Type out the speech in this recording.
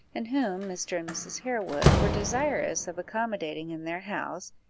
and whom mr. and mrs. harewood were desirous of accommodating in their house,